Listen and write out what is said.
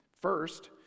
First